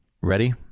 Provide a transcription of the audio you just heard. ready